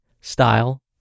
style